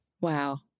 Wow